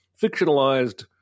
fictionalized